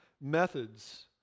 methods